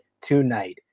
tonight